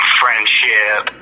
friendship